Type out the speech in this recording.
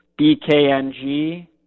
BKNG